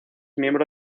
miembro